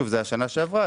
זה היה בשנה שעברה,